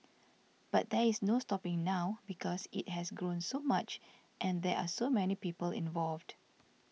but there is no stopping now because it has grown so much and there are so many people involved